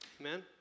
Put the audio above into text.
Amen